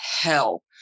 hell